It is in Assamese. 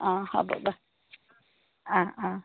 অঁ হ'ব বাৰু অঁ অঁ